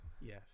Yes